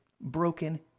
broken